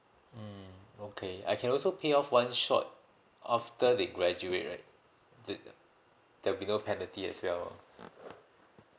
mm okay I can also pay off one shot after they graduate right the there will be no penalty as well